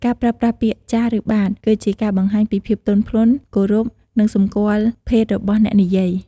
ការប្រើប្រាស់ពាក្យ "ចាស" ឬ "បាទ" គឺជាការបង្ហាញពីភាពទន់ភ្លន់ គោរព និងសម្គាល់ភេទរបស់អ្នកនិយាយ។